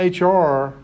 HR